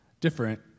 different